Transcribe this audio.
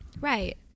Right